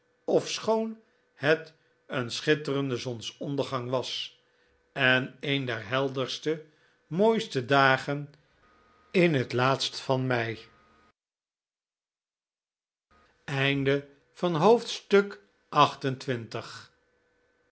ofschoon het een schitterende zonsondergang was en een der helderste mooiste dagen in het laatst van mei